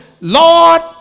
Lord